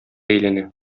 әйләнә